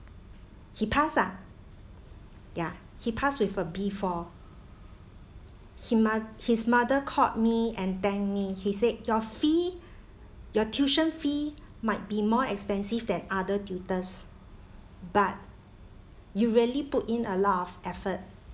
he passed ah ya he passed with a B four he mo~ his mother called me and thanked me he said your fee your tuition fee might be more expensive than other tutors but you really put in a lot of effort